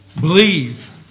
Believe